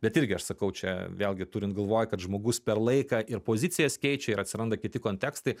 bet irgi aš sakau čia vėlgi turint galvoj kad žmogus per laiką ir pozicijas keičia ir atsiranda kiti kontekstai